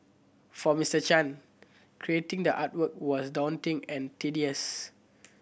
for Mister Chan creating the artwork was daunting and tedious